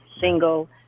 single